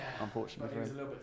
unfortunately